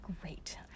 great